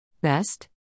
Best